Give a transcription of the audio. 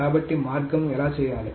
కాబట్టి మార్గం ఎలా చేయాలి